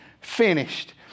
finished